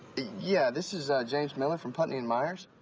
yeah, this is james miller from putney and myers.